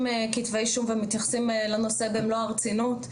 כתבי אישום ומתייחסים לנושא במלוא הרצינות,